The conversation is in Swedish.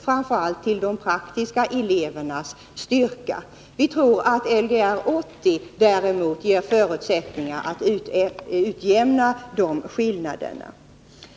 framför allt till de praktiska elevernas styrka. Jag tror att Lgr 80 däremot ger förutsättningar att utjämna de skillnaderna.